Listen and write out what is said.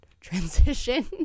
transition